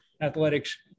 athletics